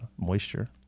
moisture